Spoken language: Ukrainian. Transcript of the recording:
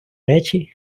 речі